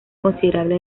considerable